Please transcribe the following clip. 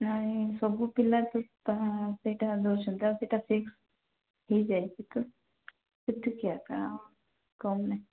ନାଇଁ ସବୁ ପିଲାଠି କ'ଣ ସେଇଟା ଦେଉଛନ୍ତି ତ ସେଇଟା ଫିକ୍ସ ହେଇଯାଇଛି ତ ସେତିକି ଏକା କମ୍ ନାଇଁ